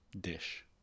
dish